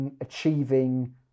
achieving